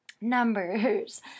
numbers